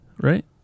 right